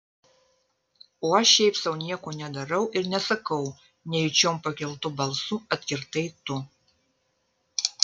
o aš šiaip sau nieko nedarau ir nesakau nejučiom pakeltu balsu atkirtai tu